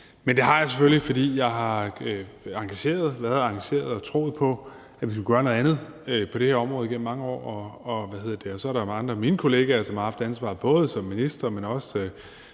Det har jeg selvfølgelig, fordi jeg har været engageret i det og troet på, at vi skulle gøre noget andet på det her område, igennem mange år, og så er der andre af mine kollegaer, som har haft ansvaret, både som ministre, men også